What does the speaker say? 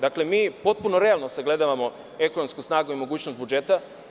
Dakle, mi potpuno realno sagledavamo ekonomsku snagu i mogućnost budžeta.